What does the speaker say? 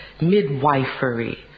midwifery